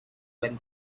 when